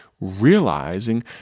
realizing